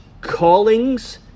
callings